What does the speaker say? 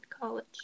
college